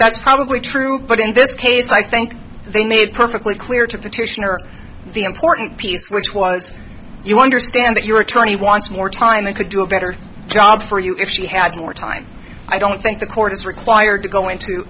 that's probably true but in this case i think they made perfectly clear to petitioner the important piece which was you wonder stand that your attorney wants more time they could do a better job for you if she had more time i don't think the court is required to go into